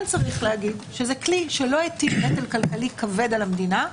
כן צריך להגיד שזה כלי שלא הטיל נטל כלכלי כבד על המדינה,